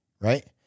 Right